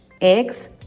eggs